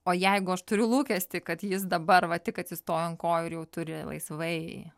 o jeigu aš turiu lūkestį kad jis dabar va tik atsistojo ant kojų ir jau turi laisvai